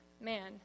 man